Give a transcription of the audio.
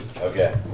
Okay